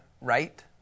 right